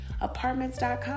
apartments.com